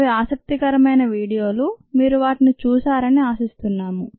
అవి ఆసక్తికరమైన వీడియోలు మీరు వాటిని చూసారని ఆశిస్తున్నాము